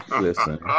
Listen